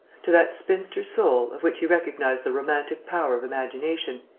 to that spinster soul, of which he recognized the romantic power of imagination,